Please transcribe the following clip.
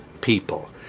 people